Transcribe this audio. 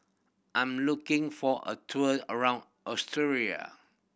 I'm looking for a tour around Australia